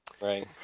Right